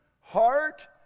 heart